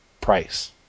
price